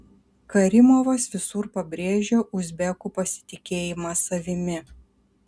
karimovas visur pabrėžia uzbekų pasitikėjimą savimi